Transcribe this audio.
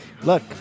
Look